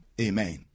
Amen